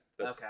Okay